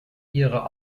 ihrer